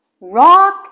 Rock